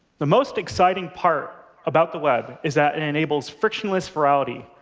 the most exciting part about the web is that it enables frictionless routing.